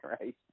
right